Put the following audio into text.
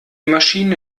maschine